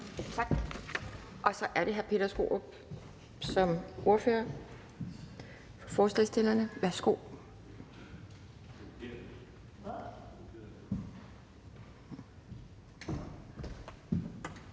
Tak. Så er det hr. Peter Skaarup som ordfører for forslagsstillerne. Værsgo.